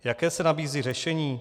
Jaké se nabízí řešení?